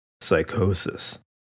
psychosis